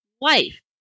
Life